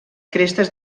crestes